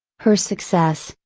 her success,